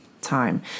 time